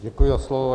Děkuji za slovo.